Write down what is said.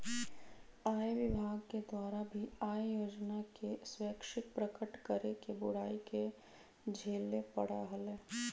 आय विभाग के द्वारा भी आय योजना के स्वैच्छिक प्रकट करे के बुराई के झेले पड़ा हलय